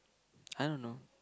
I don't know